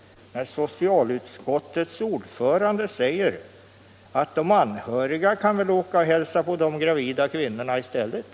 Socialutskottets ordförande säger att de anhöriga kan väl åka och hälsa på de gravida kvinnorna i stället.